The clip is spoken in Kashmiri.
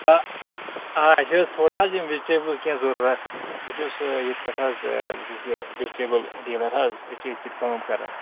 آ آ اَسہِ ٲسۍ تھوڑا حظ یِم ویجٹیبٕلز کیٚنٛہہ ضروٗرت بہٕ چھُس ییٚتہِ پٮ۪ٹھ حظ بہٕ چھُس یہِ ویٚجٹیبٕل ڈیٖلَر حظ أسۍ چھِ ییٚتہِ پٮ۪ٹھ کٲم کَران